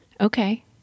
Okay